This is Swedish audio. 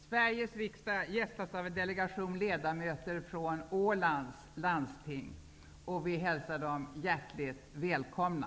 Sveriges riksdag gästas av en delegation ledamöter från Ålands landsting, och vi hälsar dem hjärtligt välkomna.